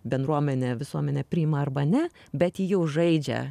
bendruomenė visuomenė priima arba ne bet ji jau žaidžia